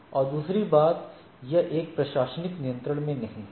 और दूसरी बात यह एक प्रशासनिक नियंत्रण में नहीं है